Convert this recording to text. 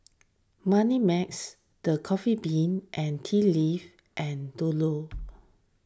Moneymax the Coffee Bean and Tea Leaf and Dodo